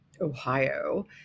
Ohio